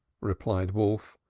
replied wolf,